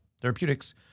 Therapeutics